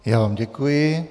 Já vám děkuji.